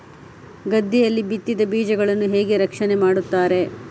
ಗದ್ದೆಯಲ್ಲಿ ಬಿತ್ತಿದ ಬೀಜಗಳನ್ನು ಹೇಗೆ ರಕ್ಷಣೆ ಮಾಡುತ್ತಾರೆ?